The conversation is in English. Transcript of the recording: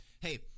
Hey